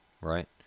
right